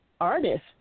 artist